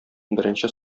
беренче